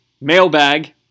mailbag